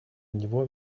него